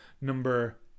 Number